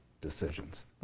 decisions